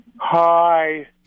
Hi